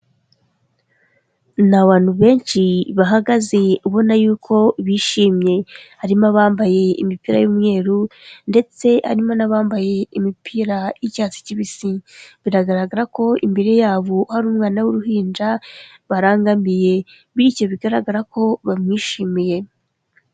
N'abantu benshi, bahagaze ubona yuko bishimye. Harimo abambaye imipira y'umweru ndetse harimo n'abambaye imipira y'icyatsi kibisi. Biragaragara ko imbere yabo ari umwana w'uruhinja, barangamiye. Bityo bigaragara ko bamwishimiye.